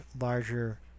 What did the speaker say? larger